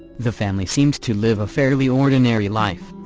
the family seemed to live a fairly ordinary life.